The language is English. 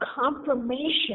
confirmation